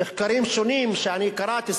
מחקרים שונים שאני קראתי,